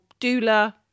doula